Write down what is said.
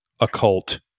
occult